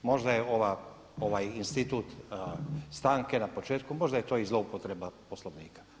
Možda je ovaj institut stanke na početku možda je to i zloupotreba Poslovnika.